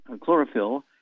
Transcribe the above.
chlorophyll